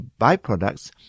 byproducts